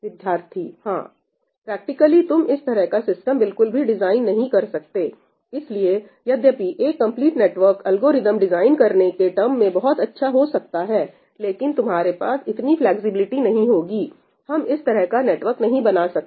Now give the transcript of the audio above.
विद्यार्थीहां practically तुम इस तरह का सिस्टम बिल्कुल भी डिजाइन नहीं कर सकतेइसलिए यद्यपि एक कंपलीट नेटवर्क एल्गोरिदमस डिजाइन करने के टर्म में बहुत अच्छा हो सकता है लेकिन तुम्हारे पास इतनी फ्लैक्सिबिलिटी नहीं होगी हम इस तरह का नेटवर्क नहीं बना सकते